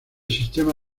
sistema